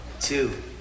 two